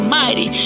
mighty